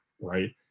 Right